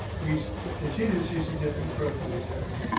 we continue to see significant growth in these areas,